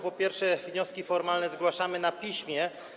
Po pierwsze, wnioski formalne zgłaszamy na piśmie.